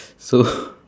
so